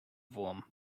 wurm